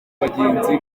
bagenzi